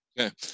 Okay